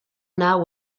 not